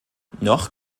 noch